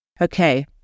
Okay